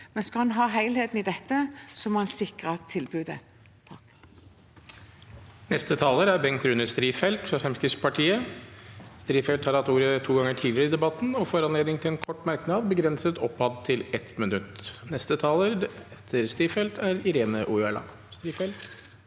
men skal en ha helheten i dette, må en sikre tilbudet.